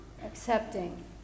accepting